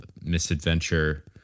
misadventure